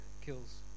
kills